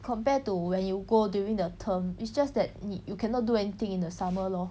compare to when you go during the term it's just that 你 you cannot do anything in the summer lor